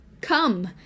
come